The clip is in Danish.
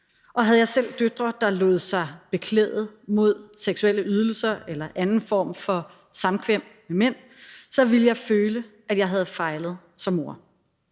havde jeg selv døtre, der lod sig beklæde mod seksuelle ydelser eller anden form for samkvem med mænd, ville jeg føle, at jeg havde fejlet som mor.